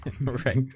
Right